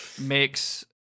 makes